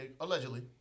allegedly